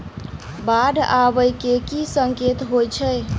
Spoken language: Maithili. बाढ़ आबै केँ की संकेत होइ छै?